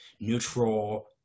neutral